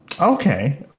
Okay